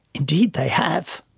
indeed they have.